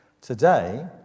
Today